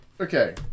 Okay